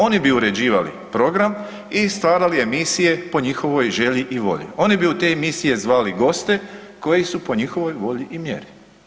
Oni bi uređivali program i stvarali emisije po njihovoj želji i volji, oni bi u te emisije zvali goste koji su po njihovoj volji i mjeri.